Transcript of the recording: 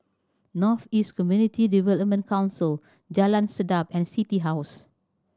North East Community Development Council Jalan Sedap and City House